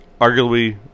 arguably